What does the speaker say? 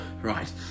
Right